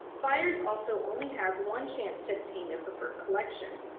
buyers also only have one chance to obtain their preferred collection.